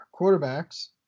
quarterbacks